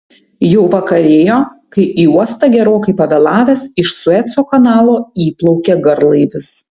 jau vakarėjo kai į uostą gerokai pavėlavęs iš sueco kanalo įplaukė garlaivis